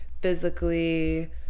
physically